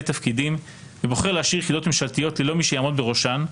תפקידים ובוחר להשאיר יחידות ממשלתיות ללא מי שיעמוד בראשן,